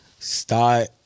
Start